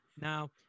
Now